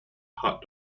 hot